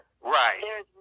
Right